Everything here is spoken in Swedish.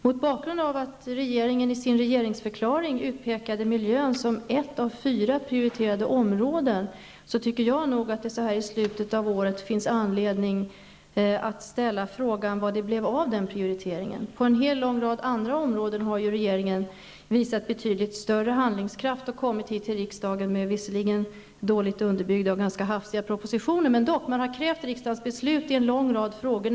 Mot bakgrund av att regeringen i sin regeringsförklaring utpekade miljön som ett av fyra prioriterade områden tycker jag att det så här i slutet av året finns anledning att ställa frågan vad det blev av den prioriteringen. På en lång rad andra områden har regeringen visat betydligt större handlingskraft och kommit till riksdagen med propositioner, som visserligen har varit dåligt underbyggda och ganska hafsiga. Man har krävt riksdagens beslut i en lång rad frågor.